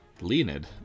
Leonid